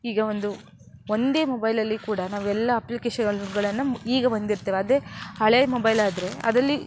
ಈಗ ಒಂದು ಒಂದೇ ಮೊಬೈಲಲ್ಲಿ ಕೂಡ ನಾವು ಎಲ್ಲ ಅಪ್ಲಿಕೇಶನ್ನುಗಳನ್ನ ಈಗ ಬಂದಿರ್ತವೆ ಅದೇ ಹಳೇ ಮೊಬೈಲಾದರೆ ಅದ್ರಲ್ಲಿ